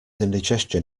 indigestion